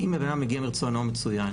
אם אדם הגיע מרצונו מצוין.